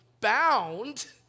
bound